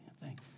thank